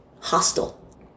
hostile